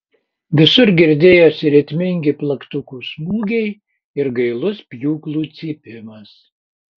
visur girdėjosi ritmingi plaktukų smūgiai ir gailus pjūklų cypimas